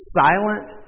silent